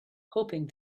hoping